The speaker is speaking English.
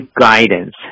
guidance